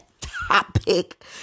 Topic